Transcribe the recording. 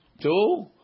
Two